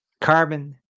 carbon